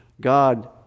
God